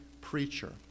preacher